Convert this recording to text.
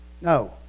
No